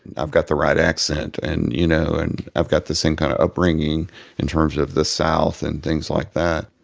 i've got the right accent and, you know and i've got the same kind of upbringing in terms of the south and things like that.